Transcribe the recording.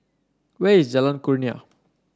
where is Jalan Kurnia